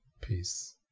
peace